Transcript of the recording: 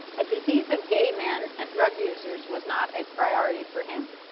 a disease of gay men and drug users was not a priority for him.